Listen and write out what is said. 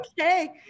okay